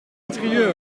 interieur